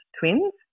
twins